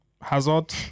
Hazard